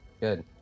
Good